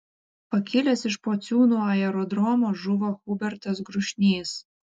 pakilęs iš pociūnų aerodromo žuvo hubertas grušnys